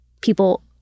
people